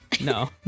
no